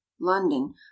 london